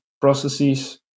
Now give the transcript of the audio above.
processes